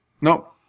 No